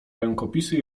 rękopisy